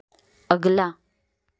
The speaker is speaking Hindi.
अगला